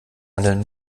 handeln